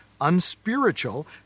unspiritual